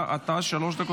בבקשה, עשר דקות.